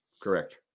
correct